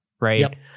right